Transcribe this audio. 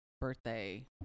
birthday